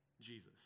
Jesus